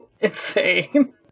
insane